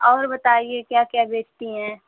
और बताइये क्या क्या बेचती हैं